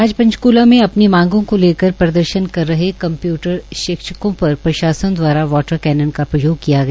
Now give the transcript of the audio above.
आज पंचकूला में अपनी मांगों को लेकर प्रदर्शन कर रहे कंप्यूटर शिक्षकों पर प्रशासन द्वारा वाटर कैनन का प्रयोग किया गया